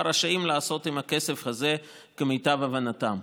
הם רשאים לעשות עם הכסף הזה כמיטב הבנתם.